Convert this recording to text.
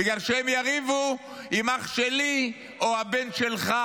בגלל שהם יריבו עם אח שלי או הבן שלך.